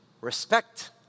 respect